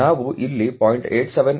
ಆದ್ದರಿಂದ ನಾವು ಇಲ್ಲಿ 0